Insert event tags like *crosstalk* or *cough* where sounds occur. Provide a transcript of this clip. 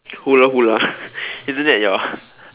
hoola hoola *laughs* isn't that your